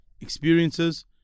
experiences